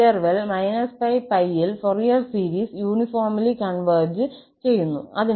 ഈ ഇന്റെർവെൽ −𝜋 𝜋 ൽ Fourier series uniformly converge ചെയ്യുന്നു